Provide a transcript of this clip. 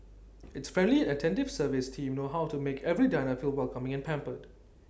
its friendly and attentive service team know how to make every diner feel welcoming and pampered